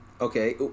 Okay